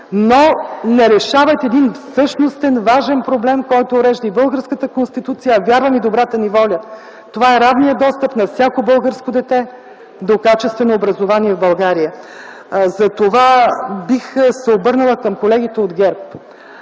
но не решават един същностен, важен проблем, който урежда българската Конституция, а вярвам и добрата ни воля – това е равният достъп на всяко българско дете до качествено образование в България. Затова бих се обърнала към колегите от ГЕРБ.